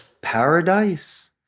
paradise